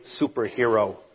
superhero